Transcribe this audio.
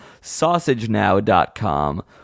Sausagenow.com